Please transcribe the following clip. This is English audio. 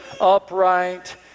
upright